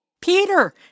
Peter